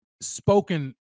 spoken